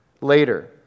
later